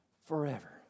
forever